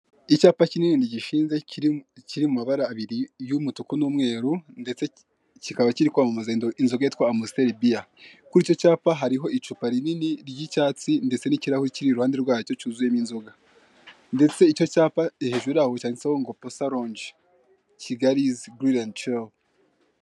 Icyapa kinini gishinze kiri mumabara abiri y'umutuku n'umweru ndetse kikaba kiri kwamamaza inzoga yitwa amusiteri biya kuri icyo cyapa hariho icupa rinini ry'icyatsi ndetse n'ikirahure kiri iruhande rwacyo cyuzuyemo inzoga ndetse icyo cyapa hejuru yaho cyanditseho ngo posa lonje kigali izi girilenti jowu.